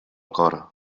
cor